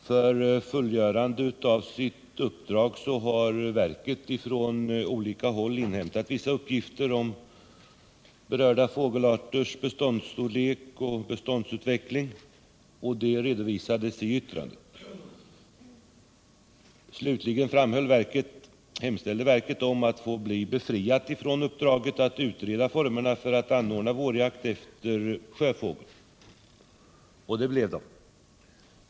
För fullgörande av sitt uppdrag har verket från olika håll inhämtat vissa uppgifter om berörda fågelarters beståndsstorlek och beståndsutveckling, vilket redovisades i yttrandet. Slutligen hemställde verket att få bli befriat från uppdraget att utreda formerna för att anordna vårjakt efter sjöfågel, och det blev man.